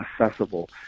accessible